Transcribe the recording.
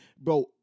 bro